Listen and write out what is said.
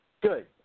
Good